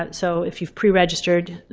so if you've pre-registered,